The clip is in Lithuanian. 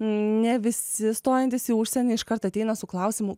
ne visi stojantys į užsienį iškart ateina su klausimu